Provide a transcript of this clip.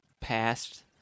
past